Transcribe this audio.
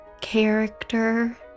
character